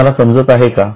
तुम्हाला समजत आहे का